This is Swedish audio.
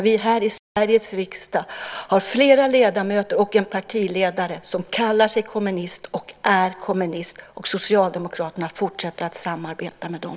Vi har i Sveriges riksdag flera ledamöter och en partiledare som kallar sig kommunister och är kommunister, och Socialdemokraterna fortsätter att samarbeta med dem!